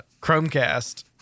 Chromecast